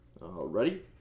Ready